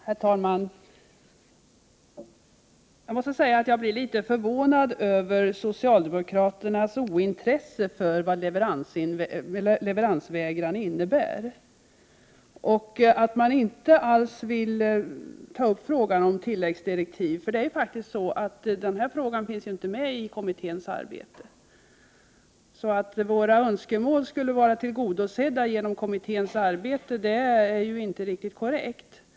Herr talman! Jag måste säga att jag blir litet förvånad över socialdemokraternas bristande intresse för vad leveransvägran innebär och över att de inte alls vill diskutera frågan om tilläggsdirektiv i denna fråga. Den frågan ingår faktiskt inte i kommitténs arbete. Att våra önskemål skulle vara tillgodosed Prot. 1988/89:126 da i kommitténs arbete är ju inte ett riktigt korrekt påstående.